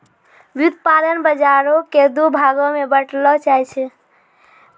व्युत्पादन बजारो के दु भागो मे बांटलो जाय छै